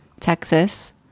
Texas